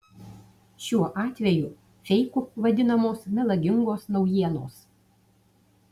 šiuo atveju feiku vadinamos melagingos naujienos